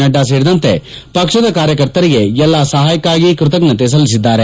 ನಡ್ಡಾ ಸೇರಿದಂತೆ ಪಕ್ಷದ ಕಾರ್ಯಕರ್ತರಿಗೆ ಎಲ್ಲಾ ಸಹಾಯಕ್ಕಾಗಿ ಕೃತಜ್ವತೆ ಸಲ್ಲಿಸಿದ್ದಾರೆ